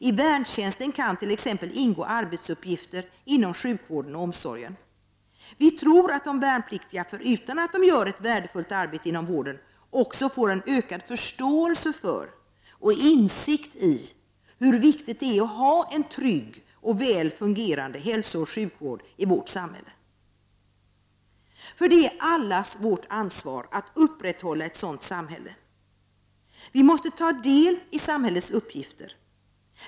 I värntjänsten kan t.ex. ingå arbetsuppgifter inom sjukvården och omsorgen. Vi tror att de värnpliktiga, förutom att de gör ett värdefullt arbete inom vården, också får en ökad förståelse för och insikt i hur viktigt det är att ha en trygg och väl fungerande hälsooch sjukvård i vårt samhälle. Det är allas vårt ansvar att upprätthålla ett sådant samhälle. Vi måste ta del av samhällets uppgifter.